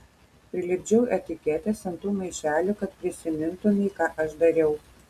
prilipdžiau etiketes ant tų maišelių kad prisimintumei ką aš dariau